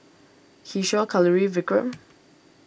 Kishore Kalluri Vikram